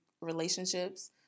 relationships